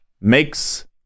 makes